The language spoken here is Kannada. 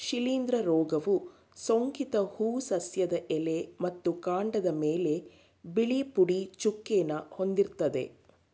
ಶಿಲೀಂಧ್ರ ರೋಗವು ಸೋಂಕಿತ ಹೂ ಸಸ್ಯದ ಎಲೆ ಮತ್ತು ಕಾಂಡದ್ಮೇಲೆ ಬಿಳಿ ಪುಡಿ ಚುಕ್ಕೆನ ಹೊಂದಿರ್ತದೆ